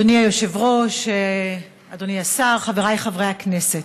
אדוני היושב-ראש, אדוני השר, חברי חברי הכנסת,